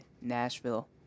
Nashville